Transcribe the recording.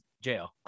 jail